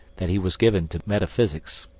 that he was given to metaphysics.